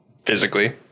Physically